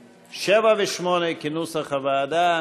7 ו-8 כנוסח הוועדה: